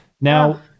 now